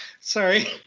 Sorry